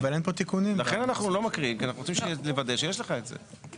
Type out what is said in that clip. אנחנו רוצים לוודא שיש לך את זה.